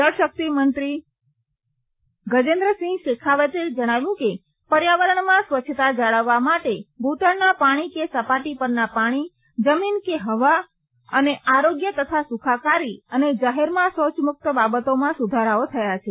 જળશક્તિ મંત્રી ગજેન્દ્રસિંહ શેખાવતે જણાવ્યું કે પર્યાવરણમાં સ્વચ્છતા જાળવવા માટે ભૂતળના પાણી કે સપાટી પરના પાણી જમીન કે હવા અને આરોગ્ય તથા સુખાકારી અને જાહેરમાં શૌચમુક્ત બાબતોમાં સુધારાઓ થયા છે